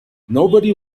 nobody